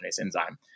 enzyme